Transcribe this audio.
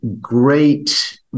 great